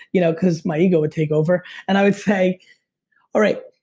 you know cause my ego would take over and i would say all right,